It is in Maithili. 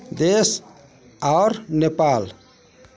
देश आओर नेपाल